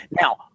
Now